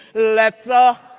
let the